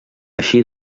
així